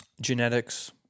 genetics